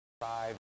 five